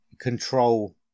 control